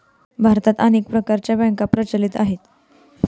भारतात अनेक प्रकारच्या बँका प्रचलित आहेत